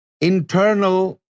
Internal